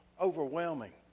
overwhelming